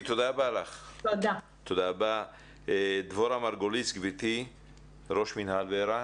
בבקשה, דבורה מרגוליס, ראש מינהל ור"ה.